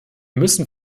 müssen